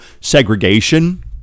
segregation